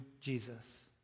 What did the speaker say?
jesus